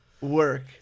Work